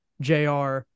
JR